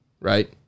right